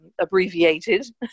abbreviated